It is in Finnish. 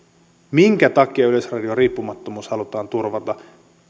minkä takia yleisradion riippumattomuus halutaan turvata